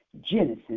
Genesis